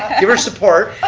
your a support.